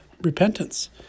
repentance